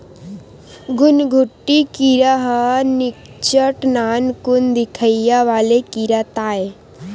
घुनघुटी कीरा ह निच्चट नानकुन दिखइया वाले कीरा ताय